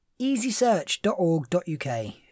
easysearch.org.uk